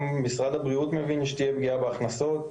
וגם משרד הבריאות מבין שתהיה פגיעה בהכנסות.